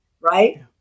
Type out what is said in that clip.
right